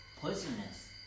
Poisonous